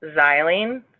Xylene